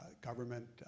government